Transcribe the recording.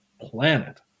planet